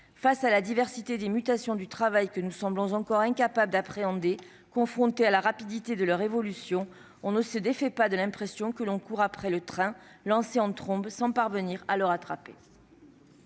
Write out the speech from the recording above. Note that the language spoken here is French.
Face à la complexité des mutations du travail que nous semblons encore incapables d'appréhender, confrontés à la rapidité de leur évolution, on ne se défait pas de l'impression que nous courons après un train lancé en trombe sans parvenir à le rattraper.